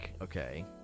Okay